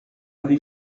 avez